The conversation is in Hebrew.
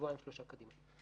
שבועיים-שלושה קדימה.